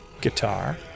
Guitar